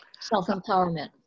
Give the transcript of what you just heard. self-empowerment